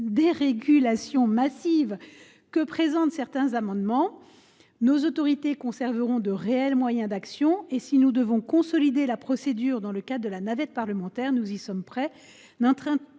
dérégulation massive qui est dépeinte dans l’objet de certains amendements. Nos autorités conserveront de réels moyens d’action et, si nous devons consolider la procédure dans le cadre de la navette parlementaire, nous y sommes prêts. Amendons